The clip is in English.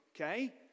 okay